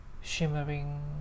shimmering